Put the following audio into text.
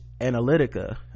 Analytica